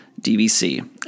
DVC